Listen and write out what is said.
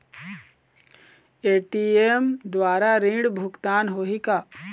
ATM द्वारा ऋण भुगतान होही का?